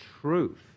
truth